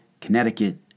Connecticut